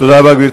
תודה רבה, גברתי.